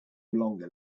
longer